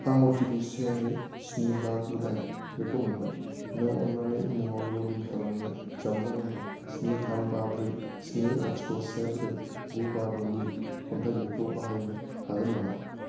आं अटिपि से नै स्नि बा गु दाइनखौ मोनबाय नों अन्नानै उमांआव लग इन खालामनो जानबुं नम्बर स्नि थाम बा ब्रै स्नि लाथिख' से ब्रै गु बा द'नि थाखाय बेखौ बाहायनो हागोन नामा